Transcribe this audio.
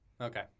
Okay